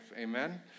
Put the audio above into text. Amen